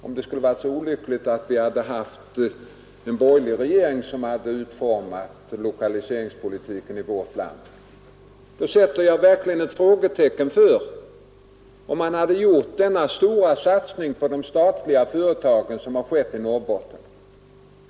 Om det skulle ha varit så olyckligt att vi hade haft en borgerlig regering som utformat lokaliseringspolitiken i vårt land, så sätter jag verkligen ett frågetecken för om den regeringen hade gjort den stora satsning på de statliga företagen som nu har skett i Norrbotten.